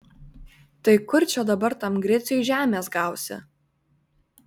tai kur čia dabar tam griciui žemės gausi